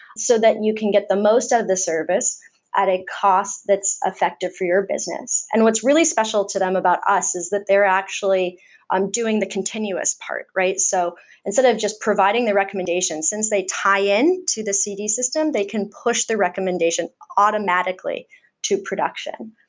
so that you can get the most out of the service at a cost that's effective for your business. and what's really special to them about us is that they are actually doing the continuous part, right? so instead of just providing the recommendation, since they tie in to the cd system, they can push the recommendation automatically to production.